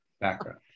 background